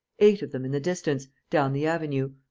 eight of them in the distance, down the avenue.